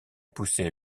poussé